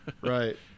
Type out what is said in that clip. Right